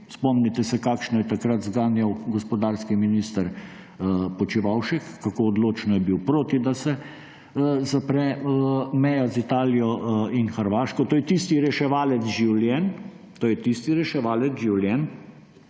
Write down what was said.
Spomnite se, kakšno je takrat zganjal gospodarski minister Počivalšek, kako odločno je bil proti, da se zapre meja z Italijo in Hrvaško. To je tisti reševalec življenj,